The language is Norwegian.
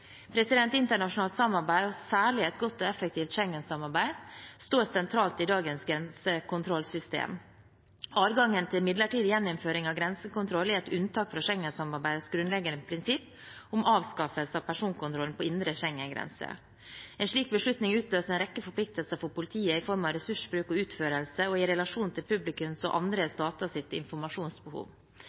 Internasjonalt samarbeid – særlig et godt og effektivt Schengen-samarbeid – står sentralt i dagens grensekontrollsystem. Adgangen til midlertidig gjeninnføring av grensekontroll er et unntak fra Schengen-samarbeidets grunnleggende prinsipp om avskaffelse av personkontrollen ved indre Schengen-grense. En slik beslutning utløser en rekke forpliktelser for politiet i form av ressursbruk og utførelse og i relasjon til publikums og andre staters informasjonsbehov.